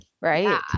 Right